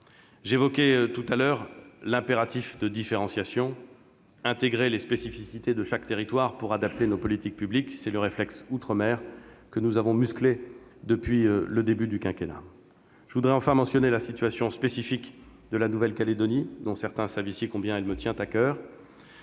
quelques instants l'impératif de différenciation : intégrer les spécificités de chaque territoire pour adapter nos politiques publiques, c'est le « réflexe outre-mer », que nous musclons depuis le début du quinquennat. Je voudrais enfin mentionner la situation spécifique de la Nouvelle-Calédonie, dont certains ici savent combien elle me tient à coeur.